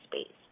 space